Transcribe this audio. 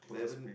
eleven